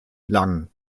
lang